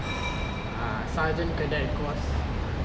err sergeant cadet course